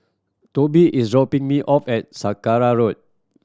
Tobie is dropping me off at Sacara Road